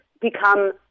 become